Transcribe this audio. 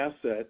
asset